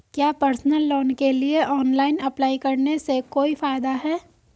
क्या personal loan के लिए ऑनलाइन अप्लाई करने से कोई फायदा है?